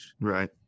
Right